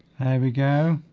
we go